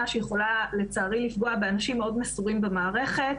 שיכולה לצערי לפגוע באנשים מאוד מסורים במערכת.